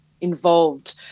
involved